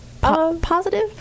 positive